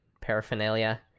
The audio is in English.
paraphernalia